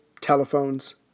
telephones